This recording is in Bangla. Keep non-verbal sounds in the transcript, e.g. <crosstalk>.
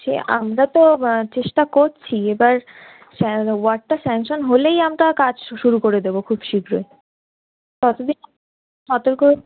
সে আমরা তো চেষ্টা করছি এবার স্যা ওয়ার্ডটা স্যাংসন হলেই আমরা কাজ শুরু করে দেবো খুব শীঘ্র তত দিন <unintelligible>